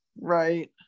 Right